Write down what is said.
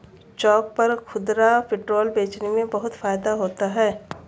चौक पर खुदरा पेट्रोल बेचने में बहुत फायदा होता है